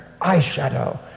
eyeshadow